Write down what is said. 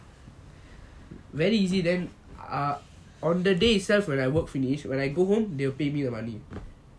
very easy then ah on the day itself when I work finish when I go home they will pay me the money